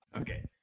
Okay